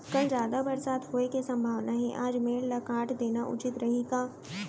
कल जादा बरसात होये के सम्भावना हे, आज मेड़ ल काट देना उचित रही का?